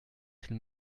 s’il